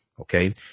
okay